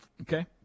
Okay